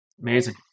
Amazing